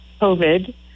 COVID